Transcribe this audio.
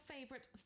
favorite